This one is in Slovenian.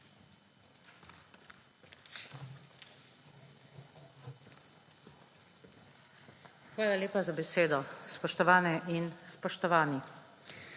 Hvala lepa za besedo. Spoštovane in spoštovani!